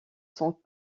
sont